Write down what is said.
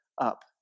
up